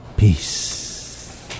Peace